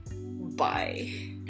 Bye